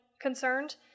concerned